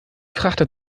frachter